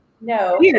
No